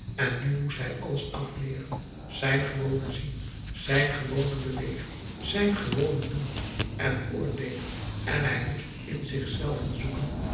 en nu moest hij alles afleeren zijn gewone zien zijn gewone bewegen zijn gewone doen en oordeelen en hij moest in zich zelven zoeken